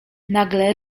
nagle